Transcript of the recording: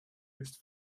ist